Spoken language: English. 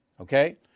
Okay